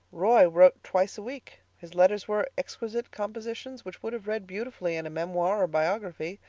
roy wrote twice a week his letters were exquisite compositions which would have read beautifully in a memoir or biography.